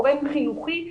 גורם חינוכי,